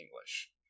English